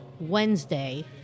Wednesday